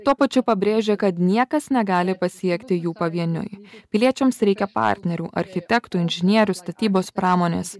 tuo pačiu pabrėžė kad niekas negali pasiekti jų pavieniui piliečiams reikia partnerių architektų inžinierių statybos pramonės